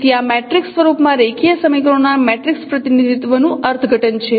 તેથી આ મેટ્રિક્સ સ્વરૂપમાં રેખીય સમીકરણોના મેટ્રિક્સ પ્રતિનિધિત્વનું અર્થઘટન છે